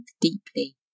deeply